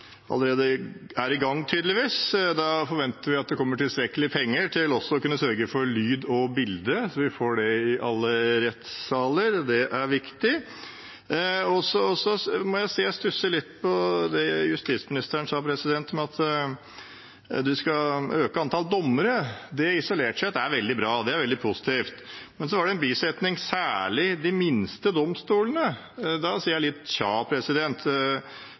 allerede er i gang, tydeligvis. Da forventer vi at det kommer tilstrekkelig med penger til også å kunne sørge for lyd og bilde, slik at vi får det i alle rettssaler. Det er viktig. Jeg stusser litt over det justisministeren sa om at man skal øke antallet dommere. Isolert sett er det veldig positivt, men det var en bisetning: «særlig i de minste domstolene». Da sier jeg tja,